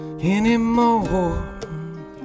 anymore